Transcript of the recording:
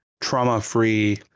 trauma-free